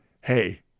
hey